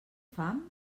fam